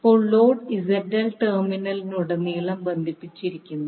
ഇപ്പോൾ load ZL ടെർമിനലിലുടനീളം ബന്ധിപ്പിച്ചിരിക്കുന്നു